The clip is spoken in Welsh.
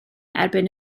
erbyn